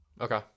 Okay